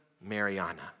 Mariana